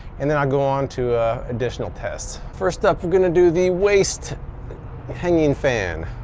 and then i'll go onto additional tests. first up we're going to do the waist hanging fan.